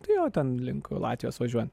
tai jo ten link latvijos važiuojant